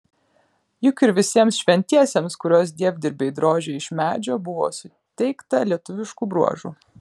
juk ir visiems šventiesiems kuriuos dievdirbiai drožė iš medžio buvo suteikta lietuviškų bruožų